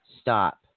Stop